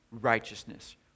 righteousness